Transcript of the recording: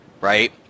right